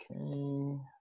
Okay